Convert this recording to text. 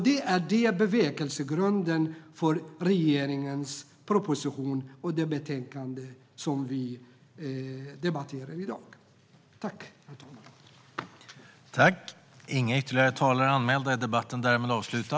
Det är bevekelsegrunden för regeringens proposition och det betänkande som vi debatterar i dag. Obligatoriska bedömningsstöd i årskurs 1